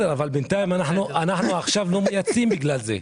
אבל בינתיים אנחנו לא מייצאים בגלל זה.